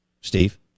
Steve